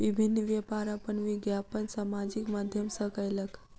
विभिन्न व्यापार अपन विज्ञापन सामाजिक माध्यम सॅ कयलक